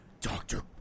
Doctor